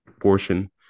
portion